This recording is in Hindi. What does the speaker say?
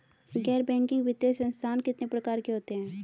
गैर बैंकिंग वित्तीय संस्थान कितने प्रकार के होते हैं?